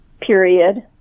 period